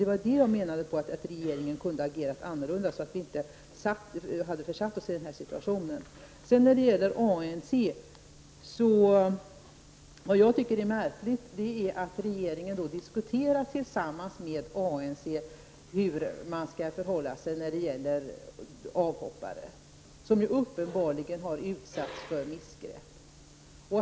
Det är detta jag menar med att regeringen kunde ha agerat annorlunda, så att vi inte hade försatt oss i den här situationen. När det gäller ANC tycker jag att det är märkligt att regeringen diskuterar tillsammans med ANC hur man skall förhålla sig till avhoppare, som uppenbarligen har utsatts för missgrepp.